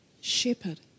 shepherd